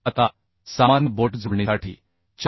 आता सामान्य बोल्ट जोडणीसाठी 4